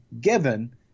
given